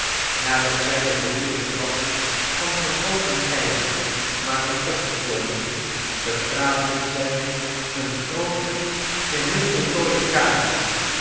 nadat zij de breede trap van gegoten ijzer waren opgeklommen betraden zij een groote geheel voltooide kamer